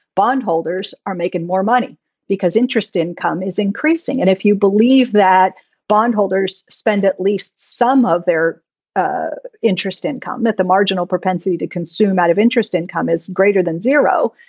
bondholders are making more money because interest income is increasing. and if you believe that bondholders spend at least some of their ah interest income at the marginal propensity to consume out of interest, income is greater than zero.